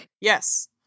Yes